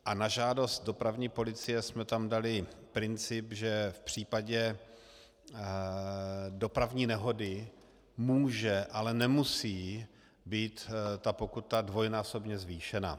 A na žádost dopravní policie jsme tam dali princip, že v případě dopravní nehody může, ale nemusí být ta pokuta dvojnásobně zvýšena.